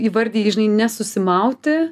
įvardijai žinai nesusimauti